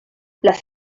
las